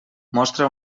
mostra